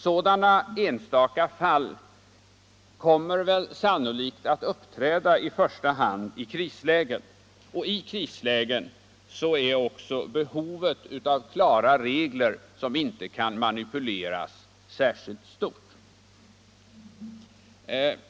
Sådana enstaka fall kommer sannolikt att uppträda i första hand i krislägen, och i krislägen är också behovet av klara regler, som inte kan manipuleras, särskilt stort.